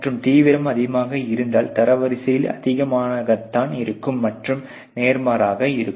மற்றும் தீவிரம் அதிகமாக இருந்தால் தரவரிசையில் அதிகமாக தான் இருக்கும் மற்றும் நேர்மாறாக இருக்கும்